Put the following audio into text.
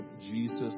Jesus